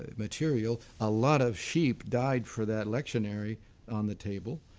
ah material. a lot of sheep died for that lectionary on the table.